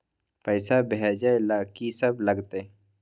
पैसा भेजै ल की सब लगतै?